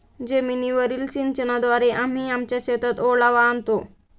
जमीनीवरील सिंचनाद्वारे आम्ही आमच्या शेतात ओलावा आणतो